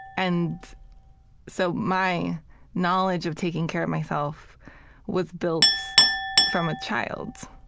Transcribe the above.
and so my knowledge of taking care of myself was built from a child.